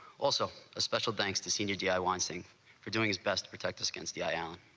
also a special thanks to senior d. i. y. sing for doing his best. protect us against the i. am